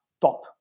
top